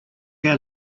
out